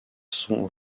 sont